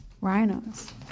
rhinos